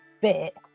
bit